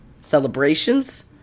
celebrations